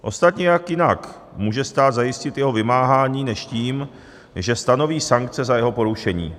Ostatně jak jinak může stát zajistit jeho vymáhání než tím, že stanoví sankce za jeho porušení?